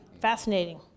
fascinating